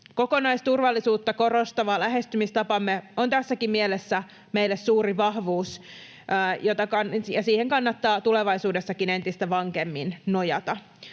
Kokonaisturvallisuutta korostava lähestymistapamme on tässäkin mielessä meille suuri vahvuus, ja siihen kannattaa tulevaisuudessakin entistä vankemmin nojata.